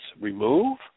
remove